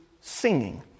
singing